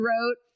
wrote